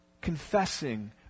Confessing